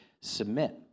submit